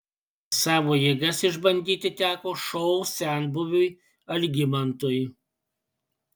savo jėgas išbandyti teko šou senbuviui algimantui